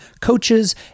coaches